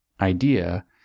idea